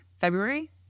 February